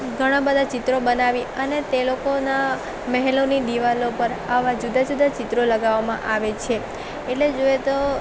ઘણાં બધા ચિત્રો બનાવી અને તે લોકોના મહેલોની દીવાલો પર આવાં જુદા જુદા ચિત્રો લગાવવામાં આવે છે એટલે જોઈએ તો